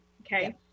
Okay